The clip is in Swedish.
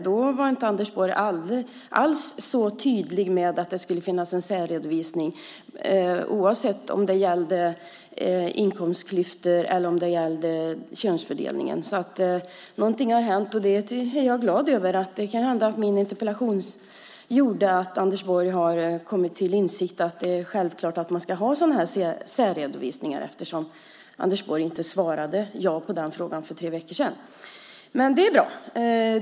Då var Anders Borg inte alls så tydlig med att det skulle finnas en särredovisning oavsett om det gällde inkomstklyftor eller om det gällde könsfördelningen. Någonting har hänt, och det är jag glad över. Det kan hända att min interpellation har gjort att Anders Borg har kommit till insikt om att det är självklart att man ska ha sådana särredovisningar eftersom Anders Borg inte svarade ja på den frågan för tre veckor sedan. Men det är bra.